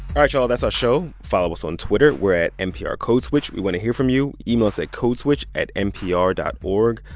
right, y'all. that's our show. follow us on twitter. we're at nprcodeswitch. we want to hear from you. email us at codeswitch at npr dot o